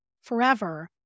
forever